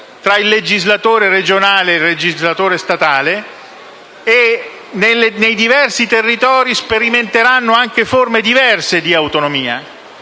tra il legislatore regionale e il legislatore statale, mentre nei diversi territori si sperimenteranno anche forme diverse di autonomia.